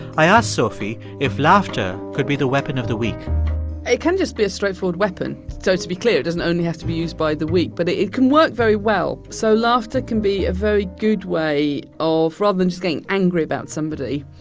i ask sophie if laughter could be the weapon of the weak it can just be a straightforward weapon. so to be clear, it doesn't only have to be used by the weak, but it it can work very well. so laughter can be a very good way of rather than just getting angry about somebody,